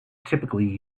typically